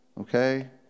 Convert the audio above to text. okay